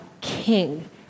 king